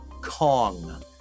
Kong